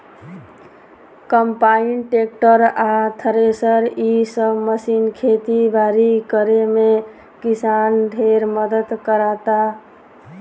combine, tractor आ thresher इ सब मशीन खेती बारी करे में किसान ढेरे मदद कराता